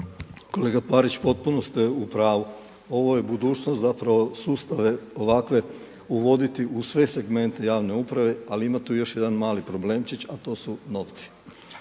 Parić u potpunosti ste u pravu. Ovo je budućnost zapravo sustave ovakve uvoditi u sve segmente javne uprave, ali ima tu još jedan mali problemčić a to su novci.